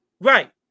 Right